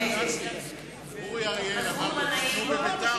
נגד מסעוד גנאים, בעד משה גפני,